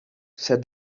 said